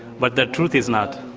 but the truth is not,